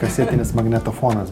kasetinis magnetofonas